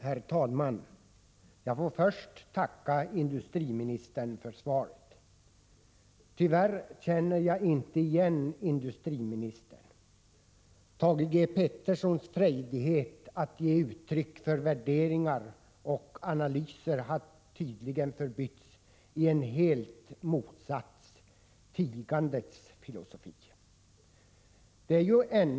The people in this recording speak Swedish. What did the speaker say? Herr talman! Jag får först tacka industriministern för svaret. Tyvärr känner jag inte igen industriministern i detta svar. Thage G. Petersons frejdighet att ge uttryck för värderingar och analyser har tydligen förbytts i raka motsatsen, tigandets filosofi.